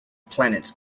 planets